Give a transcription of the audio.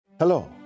Hello